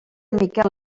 miquel